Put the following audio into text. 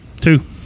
Two